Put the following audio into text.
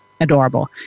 adorable